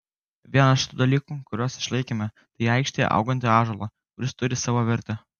vienas iš tų dalykų kuriuos išlaikėme tai aikštėje augantį ąžuolą kuris turi savo vertę